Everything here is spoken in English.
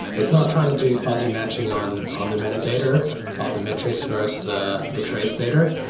it's not trying to do fuzzy matching on on the metadata of the metrics for us, the the trace data.